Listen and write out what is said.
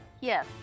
yes